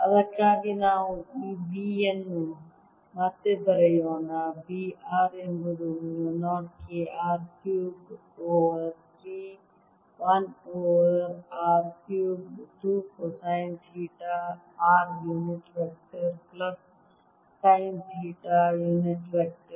ಅದಕ್ಕಾಗಿ ನಾವು ಈ B ಅನ್ನು ಮತ್ತೆ ಬರೆಯೋಣ B r ಎಂಬುದು mu 0 K r cubed over 3 1 over R cubed 2 cosine theta r unit vector plus sine theta unit vector